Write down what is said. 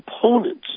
components